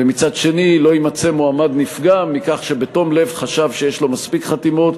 ומצד שני לא יימצא מועמד נפגע מכך שבתום לב חשב שיש לו מספיק חתימות,